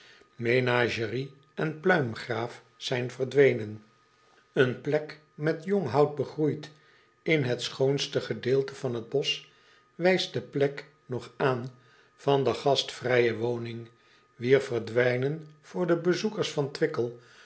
enagerie en pluimgraaf zijn verdwenen en plek met jong hout begroeid in het schoonste gedeelte van het bosch wijst de plaats nog aan van de gastvrije woning wier verdwijnen voor de bezoekers van wickel